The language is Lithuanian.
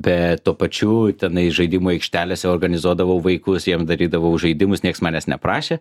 bet tuo pačiu tenais žaidimų aikštelėse organizuodavau vaikus jiem darydavau žaidimus nieks manęs neprašė